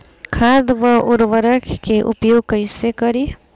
खाद व उर्वरक के उपयोग कईसे करी?